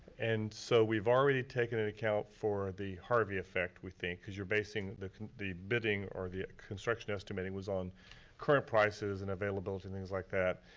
and so we've already taken into and account for the harvey effect, we think, cause you're basing the the bidding or the construction estimating was on current prices and availability, things like that.